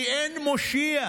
כי אין מושיע.